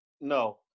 No